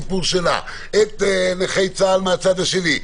את נכי צה"ל מהצד השני,